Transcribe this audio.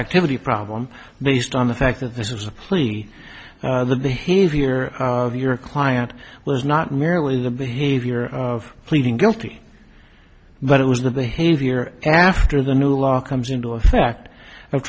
retroactivity problem based on the fact that this was a plea the behavior of your client was not merely the behavior of pleading guilty but it was the behavior after the new law comes into effect